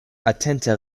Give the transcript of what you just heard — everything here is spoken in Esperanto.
atente